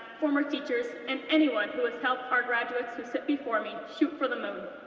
former teachers, and anyone who has helped our graduates who sit before me shoot for the moon.